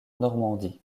normandie